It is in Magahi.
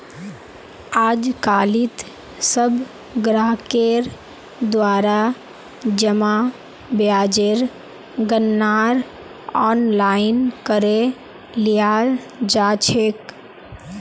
आजकालित सब ग्राहकेर द्वारा जमा ब्याजेर गणनार आनलाइन करे लियाल जा छेक